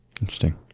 Interesting